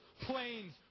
planes